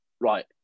right